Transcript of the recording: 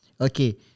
okay